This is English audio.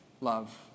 love